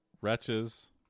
wretches